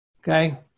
Okay